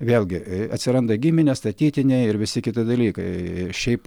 vėlgi atsiranda giminės statytiniai ir visi kiti dalykai šiaip